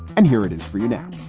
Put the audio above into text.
and here it is for you now